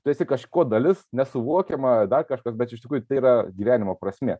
tu esi kažko dalis nesuvokiama dar kažkas bet čia iš tikrųjų tai yra gyvenimo prasmė